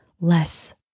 less